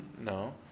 No